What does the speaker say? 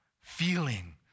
feeling